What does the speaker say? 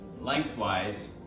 lengthwise